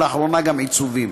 ולאחרונה גם עיצובים.